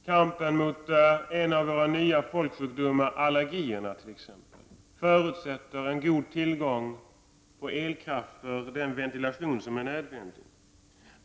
Kampen mot en av våra nya folksjukdomar, t.ex. allergierna, förutsätter en god tillgång på elkraft för den ventilation som är nödvändig.